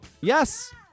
Yes